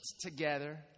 together